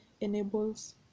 enables